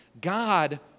God